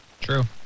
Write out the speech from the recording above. True